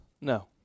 No